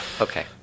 Okay